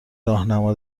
راهنما